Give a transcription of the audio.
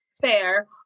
Fair